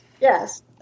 Yes